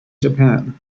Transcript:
japan